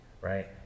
right